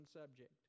subject